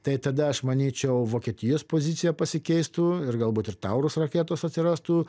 tai tada aš manyčiau vokietijos pozicija pasikeistų ir galbūt ir taurus raketos atsirastų